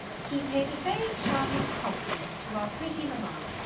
he paid a very charming compliment to our pretty mamma.